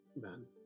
man